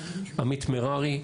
עמית מררי,